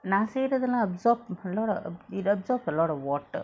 nasi lemak absorb a lot of it absorb a lot of water